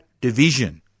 division